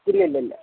ഇല്ലില്ലില്ല